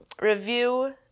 review